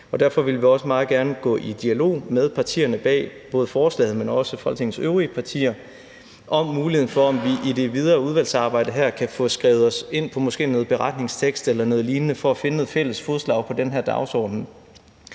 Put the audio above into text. derfor vil vi også meget gerne både gå i dialog med partierne bag forslaget, men også med Folketingets øvrige partier om muligheden for, at vi i det videre udvalgsarbejde her kan få skrevet os ind på en beretning eller noget lignende for at finde fælles fodslag på den her dagsorden.